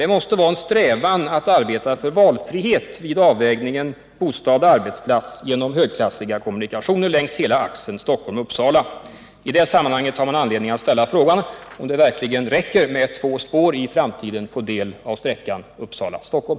Det måste vara en strävan att arbeta för valfrihet vid avvägningen när det gäller bostad och arbetsplats genom högklassiga kommunikationer längs hela axeln Stockholm-Uppsala. I det sammanhanget har man anledning att ställa frågan, om det i framtiden verkligen räcker med två spår på del av sträckan Uppsala-Stockholm.